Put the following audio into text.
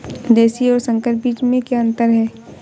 देशी और संकर बीज में क्या अंतर है?